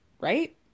right